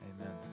Amen